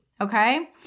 Okay